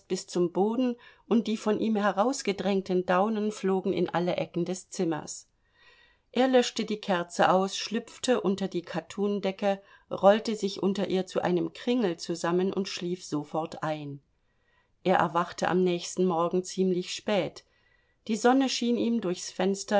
bis zum boden und die von ihm herausgedrängten daunen flogen in alle ecken des zimmers er löschte die kerze aus schlüpfte unter die kattundecke rollte sich unter ihr zu einem kringel zusammen und schlief sofort ein er erwachte am nächsten morgen ziemlich spät die sonne schien ihm durchs fenster